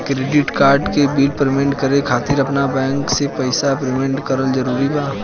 Credit card के bill payment करे खातिर आपन बैंक से पईसा पेमेंट करल जरूरी बा?